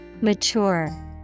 Mature